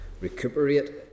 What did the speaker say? recuperate